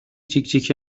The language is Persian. جیکجیک